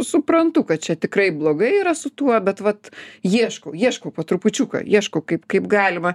suprantu kad čia tikrai blogai yra su tuo bet vat ieškau ieškau po trupučiuką ieškau kaip kaip galima